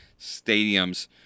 stadiums